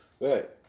Right